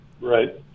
Right